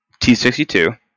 t62